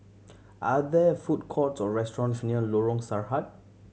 are there food courts or restaurants near Lorong Sarhad